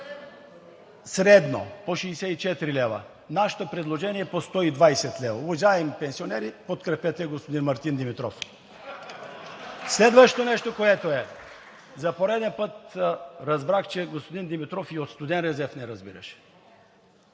Средно по 64 лв. Нашето предложение е по 120 лв. Уважаеми пенсионери, подкрепете господин Мартин Димитров. (Смях и ръкопляскания от ДПС.) Следващото нещо, което е – за пореден път разбрах, че господин Димитров, и от студен резерв не разбираш.